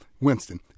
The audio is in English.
Winston